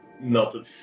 melted